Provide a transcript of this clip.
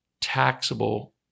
taxable